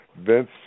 Vince